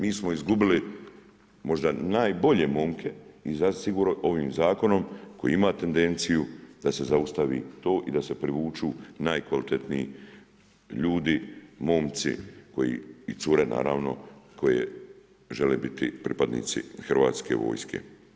Mi smo izgubili možda najbolje momke i zasigurno ovim zakonom koji ima tendenciju da se zaustavi to i da se privuču najkvalitetniji ljudi, momci i cure naravno koje žele biti pripadnici Hrvatske vojske.